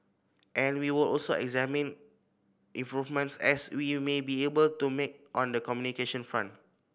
and we will also examine improvements as we'll may be able to make on the communication front